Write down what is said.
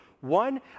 One